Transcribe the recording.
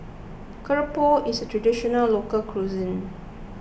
Keropok is a Traditional Local Cuisine